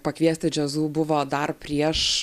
pakviesti džiazu buvo dar prieš